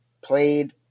played